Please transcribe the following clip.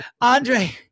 Andre